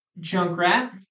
Junkrat